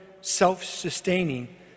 self-sustaining